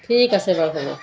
ঠিক আছে বাৰু হ'ব